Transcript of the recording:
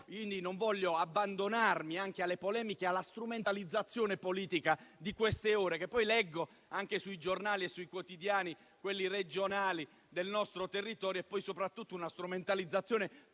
Governo. Non voglio abbandonarmi alle polemiche e alla strumentalizzazione politica di queste ore che leggo anche sui giornali e sui quotidiani regionali del nostro territorio. Mi riferisco soprattutto a una strumentalizzazione politica